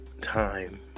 time